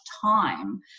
time